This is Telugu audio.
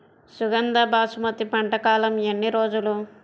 సుగంధ బాసుమతి పంట కాలం ఎన్ని రోజులు?